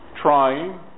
trying